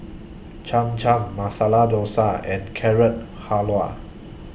Cham Cham Masala Dosa and Carrot Halwa